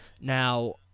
Now